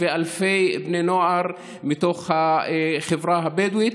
אלפי בני נוער מתוך החברה הבדואית.